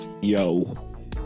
Yo